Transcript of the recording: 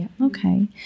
Okay